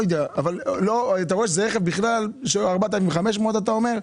ואתה רואה שזה רכב בכלל של 4,500 ₪ אתה אומר.